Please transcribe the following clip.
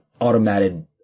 automated